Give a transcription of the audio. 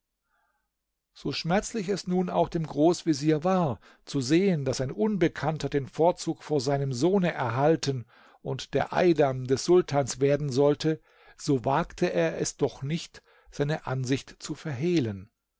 so schmerzlich es nun auch dem großvezier war zu sehen daß ein unbekannter den vorzug vor seinem sohne erhalten und der eidam des sultans werden sollte so wagte er es doch nicht seine ansicht zu verhehlen